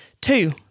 Two